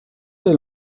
del